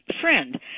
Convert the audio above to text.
friend